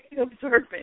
observant